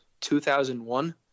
2001